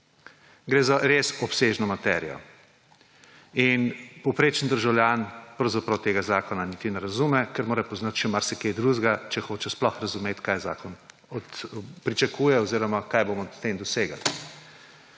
Gre za res obsežno materijo in povprečen državljan pravzaprav tega zakona niti ne razume, ker mora poznati še marsikaj drugega, če hoče sploh razumeti, kaj od zakona pričakujemo oziroma kaj bomo z njim dosegli.